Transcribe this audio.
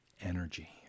energy